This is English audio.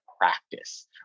practice